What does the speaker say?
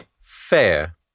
Fair